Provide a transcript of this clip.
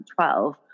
2012